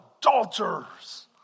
adulterers